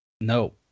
No